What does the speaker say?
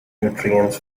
nutrients